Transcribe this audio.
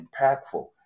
impactful